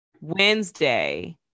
Wednesday